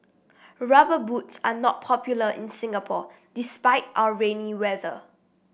rubber boots are not popular in Singapore despite our rainy weather